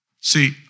See